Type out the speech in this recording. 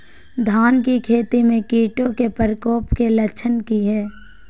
धान की खेती में कीटों के प्रकोप के लक्षण कि हैय?